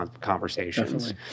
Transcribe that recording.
conversations